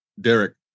Derek